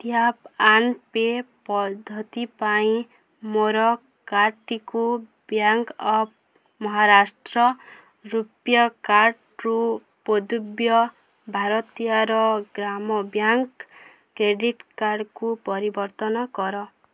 tap and pay ପଦ୍ଧତି ପାଇଁ ଥିବା ମୋର କାର୍ଡ଼ଟିକୁ ବ୍ୟାଙ୍କ୍ ଅଫ୍ ମହାରାଷ୍ଟ୍ର ରୂପେ କାର୍ଡ଼ରୁ ଭାରତିୟାର ଗ୍ରାମ୍ୟ ବ୍ୟାଙ୍କ୍ କ୍ରେଡ଼ିଟ୍ କାର୍ଡ଼କୁ ପରିବର୍ତ୍ତନ କର